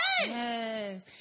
Yes